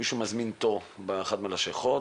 שמישהו מזמין תור באחד מהלשכות,